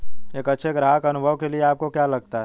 एक अच्छे ग्राहक अनुभव के लिए आपको क्या लगता है?